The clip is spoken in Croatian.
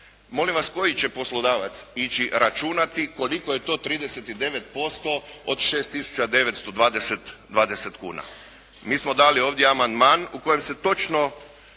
Molim vas, koji će poslodavac ići računati koliko je to 39% od 6 tisuća 920 kuna. Mi smo dali ovdje amandman u kojem se točno